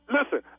Listen